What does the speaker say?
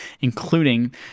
including